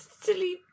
silly